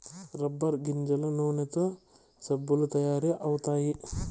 rubber గింజల నూనెతో సబ్బులు తయారు అవుతాయి